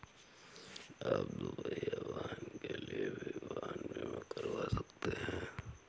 आप दुपहिया वाहन के लिए भी वाहन बीमा करवा सकते हैं